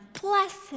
blessed